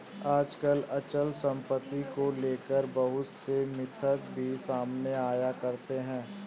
आजकल अचल सम्पत्ति को लेकर बहुत से मिथक भी सामने आया करते हैं